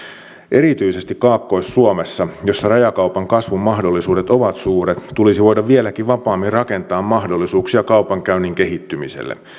erityisesti kaakkois suomessa jossa rajakaupan kasvun mahdollisuudet ovat suuret tulisi voida vieläkin vapaammin rakentaa mahdollisuuksia kaupankäynnin kehittymiselle